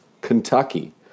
Kentucky